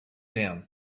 down